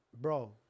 bro